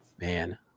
Man